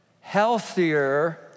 healthier